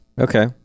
Okay